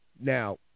Now